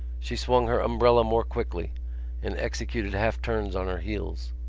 she swung her umbrella more quickly and executed half turns on her heels.